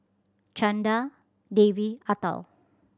Chanda Devi Atal